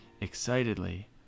Excitedly